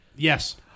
Yes